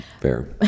Fair